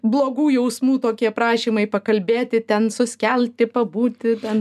blogų jausmų tokie prašymai pakalbėti ten suskelti pabūti ten